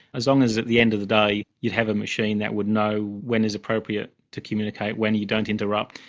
as long as at the end of the day you have a machine that would know when it's appropriate to communicate when you don't interrupt.